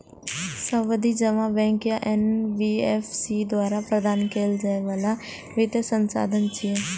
सावधि जमा बैंक या एन.बी.एफ.सी द्वारा प्रदान कैल जाइ बला वित्तीय साधन छियै